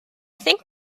think